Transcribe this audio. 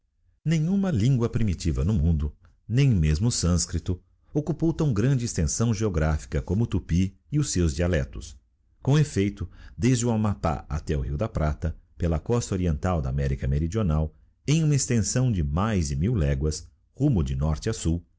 nenhuma lingua primitiva do mundo nem mesmo o sanekrito oceupou tão grande extensão geographica como o tupy e os seus dialectos com efleito desde o amapá até o rio da prata pela costa oriental da america meriodional em uma extensão de mais de mil léguas rumo de norte